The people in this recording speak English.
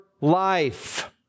life